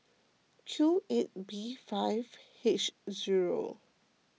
Q eight B five H zero